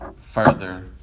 further